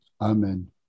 Amen